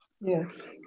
Yes